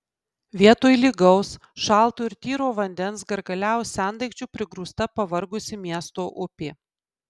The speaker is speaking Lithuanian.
vietoj lygaus šalto ir tyro vandens gargaliavo sendaikčių prigrūsta pavargusi miesto upė